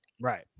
Right